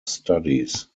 studies